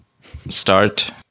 start